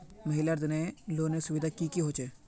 महिलार तने लोनेर सुविधा की की होचे?